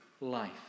life